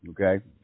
okay